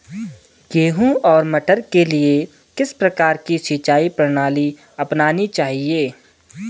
गेहूँ और मटर के लिए किस प्रकार की सिंचाई प्रणाली अपनानी चाहिये?